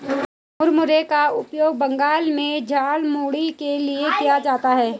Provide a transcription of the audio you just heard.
मुरमुरे का उपयोग बंगाल में झालमुड़ी के लिए किया जाता है